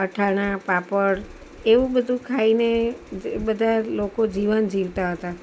અથાણાં પાપડ એવું બધું ખાઈને જે બધા લોકો જીવન જીવતા હતા